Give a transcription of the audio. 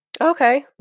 Okay